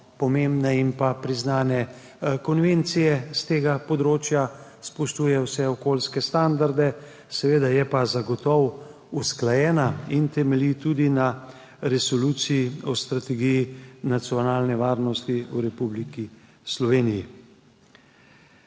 pomembne in priznane konvencije s tega področja, spoštuje vse okoljske standarde, je pa zagotovo usklajena in temelji tudi na Resoluciji o strategiji nacionalne varnosti Republike Slovenije.